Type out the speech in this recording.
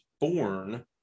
born